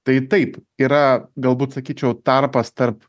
tai taip yra galbūt sakyčiau tarpas tarp